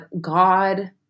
God